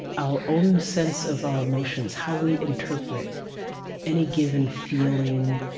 our own sense of our emotions how we interpret any given feeling,